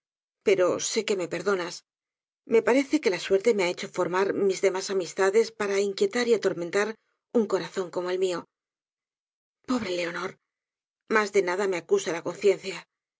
pero sé que me perdonas me parece que la suerte me ha hecho formar mis demás amistades para inquietar y atormentar un corazón como el mió pobre leonor mas de nada me acusa la conciencia